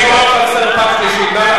אני קורא אותך לסדר פעם שלישית,